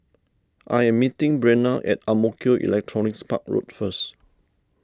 I am meeting Breanna at Ang Mo Kio Electronics Park Road first